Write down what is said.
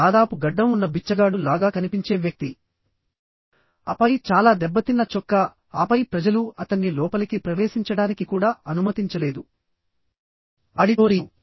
దాదాపు గడ్డం ఉన్న బిచ్చగాడు లాగా కనిపించే వ్యక్తి ఆపై చాలా దెబ్బతిన్న చొక్కా ఆపై ప్రజలు అతన్ని లోపలికి ప్రవేశించడానికి కూడా అనుమతించలేదు ఆడిటోరియం